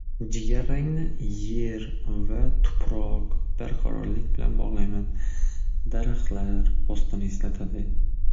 Jigarrangni yer va tuproq barqarorlik bilan bog'layman daraxtlar po'stini eslatadi.